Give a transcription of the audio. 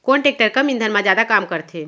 कोन टेकटर कम ईंधन मा जादा काम करथे?